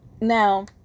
Now